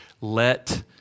Let